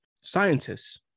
scientists